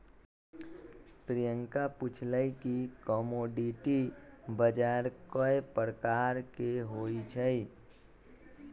प्रियंका पूछलई कि कमोडीटी बजार कै परकार के होई छई?